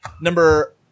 Number